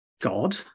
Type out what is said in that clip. God